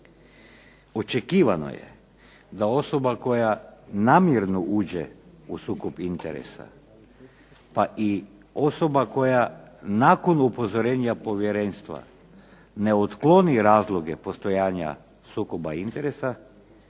Očekivano je da osoba koja namjerno uđe u sukob interesa pa i osoba koja nakon upozorenja povjerenstva ne otkloni razloge postojanja sukoba interesa